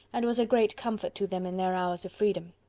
and was a great comfort to them in their hours of freedom.